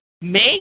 Make